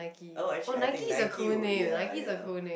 oh actually I think Nike would ya ya